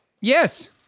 Yes